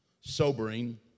sobering